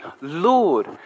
Lord